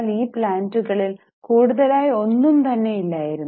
എന്നാൽ ഈ പ്ലാന്റുകൾ കൂടുതലായി ഒന്നും തന്നെയില്ലായിരുന്നു